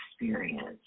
experience